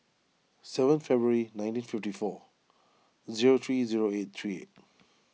seven February nineteen fifty four zero three zero eight three